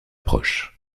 proche